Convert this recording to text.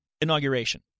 inauguration